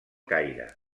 caire